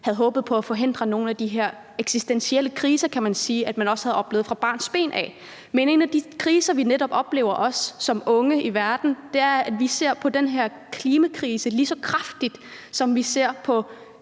havde håbet på at forhindre nogle af de her eksistentielle kriser – kan man sige – som man også havde oplevet fra barnsben af. Men en af de kriser, vi netop også oplever som unge i verden, er klimakrisen, som vi ser som lige så kraftig som en krig,